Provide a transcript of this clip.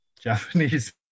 Japanese